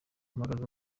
mpagaze